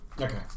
okay